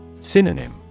Synonym